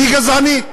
היא גזענית,